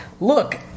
Look